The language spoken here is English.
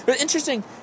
interesting